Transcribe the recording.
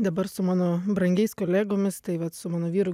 dabar su mano brangiais kolegomis tai vat su mano vyru